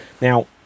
Now